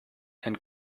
and